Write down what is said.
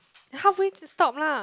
halfway stop lah